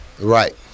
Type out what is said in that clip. Right